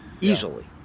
easily